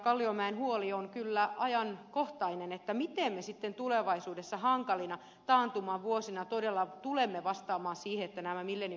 kalliomäen huoli on kyllä ajankohtainen miten me sitten tulevaisuudessa hankalina taantumavuosina todella tulemme vastaamaan siihen että nämä millennium tavoitteet toteutuvat